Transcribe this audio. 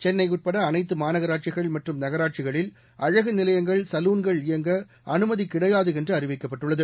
சென்னைஉட்படஅனைத்தமாநகராட்சிகள் மற்றும் நகராட்சிகளில் அழகுநிலையங்கள் சலூன்கள் இயங்கஅனுமதிகிடையாதுஎன்றுதெரிவிக்கப்பட்டுள்ளது